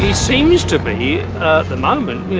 seems to be, at the moment,